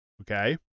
okay